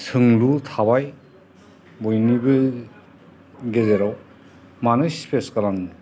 सोंलु थाबाय बयनिबो गेजेराव मानो स्पेस गालाङो